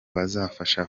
bazafasha